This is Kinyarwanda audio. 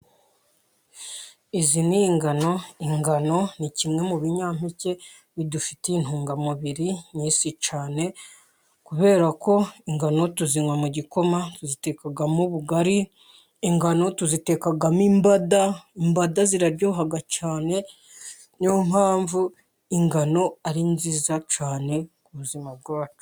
Izi ni ingano, ingano ni kimwe mu binyampeke bidufitiye intungamubiri nyishi cyane, kubera ko ingano tuzinywamo igikoma, zitekwamo ubugari, ingano tuzitekamo imbada, imbada ziraryoha cyane, ni yo mpamvu ingano ari nziza cyane ku buzima bwacu.